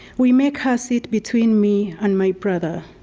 we make her sit between me and my brother.